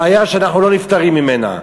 בעיה שאנחנו לא נפטרים ממנה.